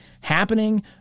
happening